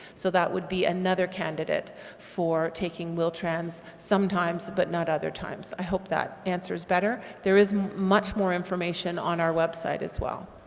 so that would be another candidate for taking wheel-trans sometimes but not other times. i hope that answers better. there is much more information on our website, as well.